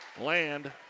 land